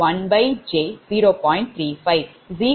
85 pu